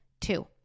Two